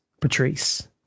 Patrice